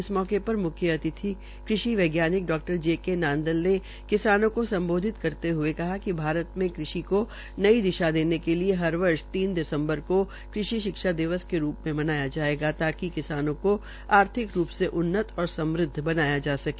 इस मौके पर मुख्य अतिथि वैज्ञानिक जे के नांदल ने किसानों को सम्बोधित करते हुए कहा कि भारत मे कृषि को नई दिशा देने के लिए हर वर्ष तीन दिसम्बर को नई कृषि शिक्षा दिवस के रूप में मनाया गया ताकि किसानों को आर्थिक रूप से उन्नत और समृद्व बनाया जा सके